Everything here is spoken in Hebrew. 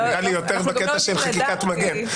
זה נראה לי יותר בקטע של חקיקת מגן.